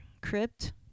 Crypt